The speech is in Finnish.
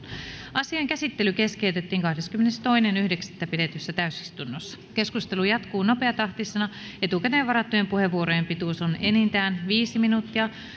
asian käsittely keskeytettiin kahdeskymmenestoinen yhdeksättä kaksituhattaseitsemäntoista pidetyssä täysistunnossa keskustelu jatkuu nopeatahtisena etukäteen varattujen puheenvuorojen pituus on enintään viisi minuuttia